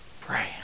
pray